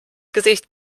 gesicht